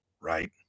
right